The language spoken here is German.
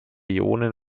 ionen